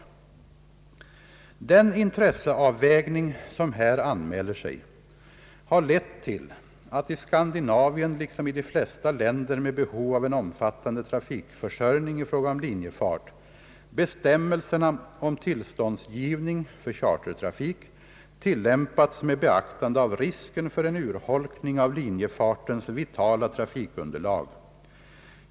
Den intresseavvägning som här anmäler sig har lett till att i Skandinavien, liksom i de flesta länder med behov av en omfattande trafikförsörjning i fråga om lin jefart, bestämmelserna om tillståndsgivning för chartertrafik tillämpats med beaktande av risken för en ur holkning av linjefartens vitala trafikunderlag.